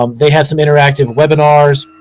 um they have some interactive webinars.